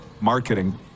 marketing